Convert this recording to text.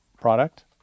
product